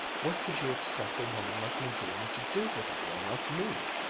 what could you expect a woman like madrina to do with a boy like me!